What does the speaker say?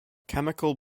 chemical